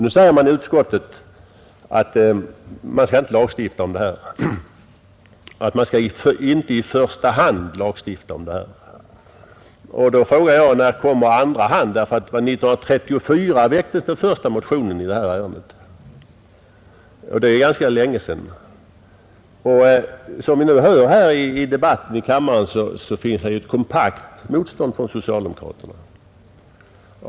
Nu säger man i utskottet att vi inte i första hand skall lagstifta om detta. Då frågar jag: När kommer andra hand? År 1934 väcktes den första motionen i det här ärendet, och det är ganska länge sedan. Som vi hör i kammaren finns det ett kompakt motstånd från socialdemokraterna.